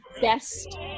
best